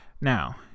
now